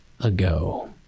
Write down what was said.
ago